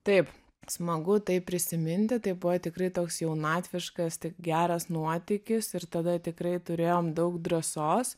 taip smagu tai prisiminti tai buvo tikrai toks jaunatviškas tik geras nuotykis ir tada tikrai turėjom daug drąsos